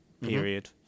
period